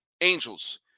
Angels